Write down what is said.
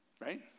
Right